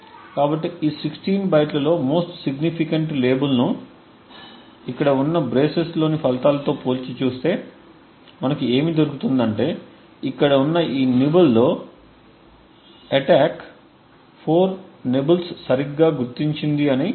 కాబట్టి ఈ 16 బైట్లలో మోస్ట్ సిగ్నిఫికంట్ లేబుల్ను ఇక్కడ ఉన్న బ్రెసెస్లోని ఫలితాలతో పోల్చి చూస్తే మనకు ఏమి దొరుకుతుంది అంటే ఇక్కడున్న ఈ నిబ్బెల్స్లో అటాక్ 4 నిబ్బెల్స్ సరిగ్గా గుర్తించిందని మనము కనుగొన్నాము